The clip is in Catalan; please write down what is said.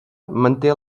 manté